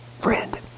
friend